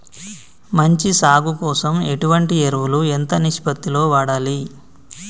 మంచి సాగు కోసం ఎటువంటి ఎరువులు ఎంత నిష్పత్తి లో వాడాలి?